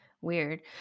weird